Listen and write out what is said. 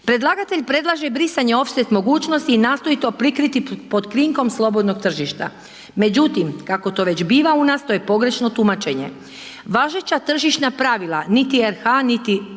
Predlagatelj predlaže brisanje ofset mogućnosti i nastoji to prikriti pod krinkom slobodnog tržišta, međutim, kako to već bila u nas, to je pogrešno tumačenje. Važeća tržišna pravila, niti RH niti